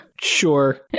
Sure